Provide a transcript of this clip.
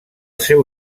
seu